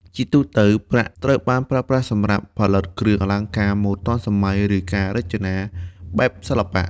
ជាទូទៅ ប្រាក់ត្រូវបានប្រើប្រាស់សម្រាប់ផលិតគ្រឿងអលង្ការម៉ូដទាន់សម័យ ឬការរចនាបែបសិល្បៈ។